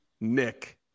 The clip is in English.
Nick